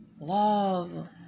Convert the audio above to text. love